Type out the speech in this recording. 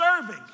serving